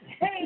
Hey